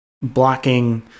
blocking